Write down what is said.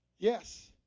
Yes